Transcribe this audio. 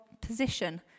position